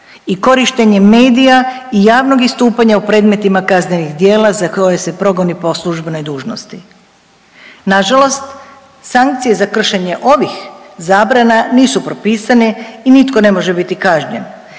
i korištenjem medija i javnog istupanja u predmetima kaznenih djela za koje se progoni po službenoj dužnosti. Nažalost, sankcije za kršenje ovih zabrana nisu pripisane i nitko ne može biti kažnjen,